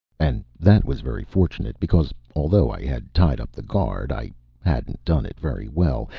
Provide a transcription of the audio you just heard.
and that was very fortunate because, although i had tied up the guard, i hadn't done it very well,